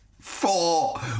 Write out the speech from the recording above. Four